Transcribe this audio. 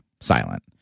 silent